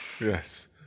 Yes